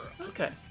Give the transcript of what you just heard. Okay